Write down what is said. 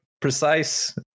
precise